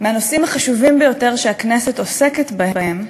מהנושאים החשובים ביותר שהכנסת עוסקת בהם,